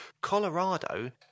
Colorado